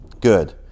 Good